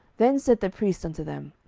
then said the priest unto them,